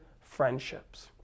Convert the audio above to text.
friendships